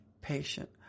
patient